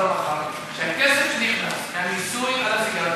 והרווחה שהכסף שנכנס מהמיסוי על הסיגריות,